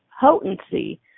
potency